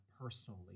personally